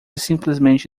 simplesmente